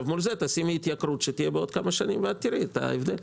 מול זה תשימי התייקרות שתהיה בעוד כמה שנים ותראי את ההבדל.